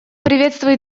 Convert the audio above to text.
приветствую